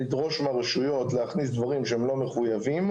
לדרוש מהרשויות להכניס דברים שהם לא מחויבים,